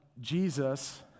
Jesus